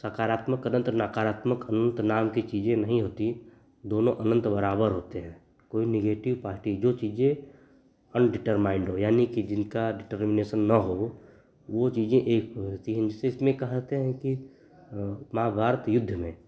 सकारात्मक अनन्त तो नकारात्मक अनन्त नाम की चीज़ें नहीं होतीं दोनों अनन्त बराबर होते हैं कोई नेगेटिव पार्टी नहीं जो चीज़ें अनडिटरमाइण्ड हो यानी कि जिनका डिटरमिनेशन न हो वह चीज़ें एक होती हैं इसमें कहते हैं कि महाभारत युद्ध में